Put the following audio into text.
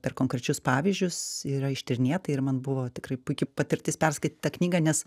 per konkrečius pavyzdžius yra ištyrinėta ir man buvo tikrai puiki patirtis perskaityt tą knygą nes